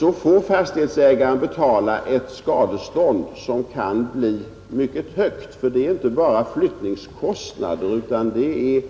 Då får fastighetsägaren betala ett skadestånd, som kan bli mycket stort, eftersom det inte bara blir fråga om flyttningskostnader utan även